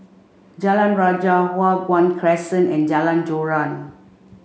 Jalan Rajah Hua Guan Crescent and Jalan Joran